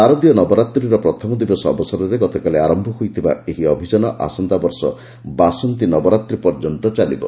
ଶାରଦୀୟ ନବରାତ୍ରୀର ପ୍ରଥମ ଦିବସ ଅବସରରେ ଗତକାଲି ଆରମ୍ଭ ହୋଇଥିବା ଏହି ଅଭିଯାନ ଆସନ୍ତା ବର୍ଷ ବାସନ୍ତୀ ନବରାତ୍ରୀ ପର୍ଯ୍ୟନ୍ତ ଚାଲିବ